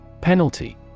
Penalty